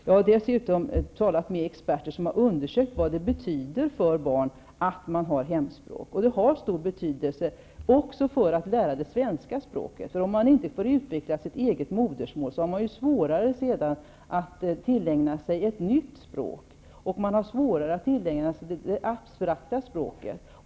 Jag har dessutom talat med experter som har undersökt vad det betyder för barn att de har hemspråk. Det har stor betydelse också för inlärandet av det svenska språket. Om man inte får utveckla sitt eget modersmål, får man svårare att sedan tillägna sig ett nytt språk. Man har svårare att tillägna sig det abstrakta språket.